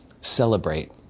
celebrate